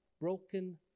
broken